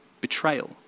betrayal